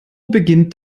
beginnt